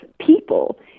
people